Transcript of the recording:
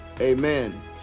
Amen